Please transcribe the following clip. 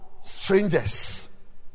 strangers